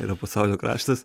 yra pasaulio kraštas